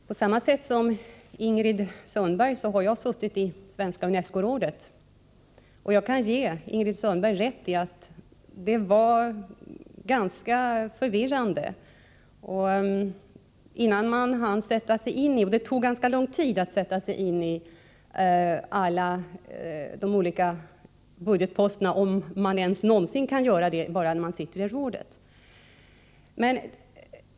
Herr talman! Liksom Ingrid Sundberg har jag suttit i Svenska unescorådet. Jag kan ge Ingrid Sundberg rätt i att det var ganska förvirrande. Det tog ganska lång tid att sätta sig in i alla de olika budgetposterna, om man ens någonsin kan göra det bara genom att sitta i rådet.